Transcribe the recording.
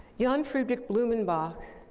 johann friedrich blumenbach,